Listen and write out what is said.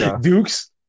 Dukes